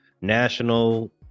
national